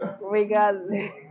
Regardless